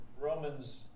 Romans